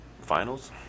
finals